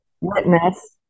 witness